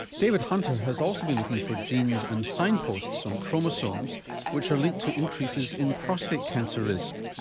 david hunter has also been looking for genes and signposts on chromosomes which are linked to increases in prostate cancer risk,